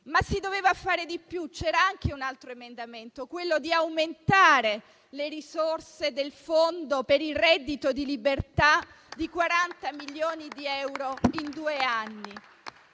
Ma si doveva fare di più, poiché c'era anche un'altra proposta emendativa, volta ad aumentare le risorse del Fondo per il reddito di libertà di 40 milioni di euro in due anni.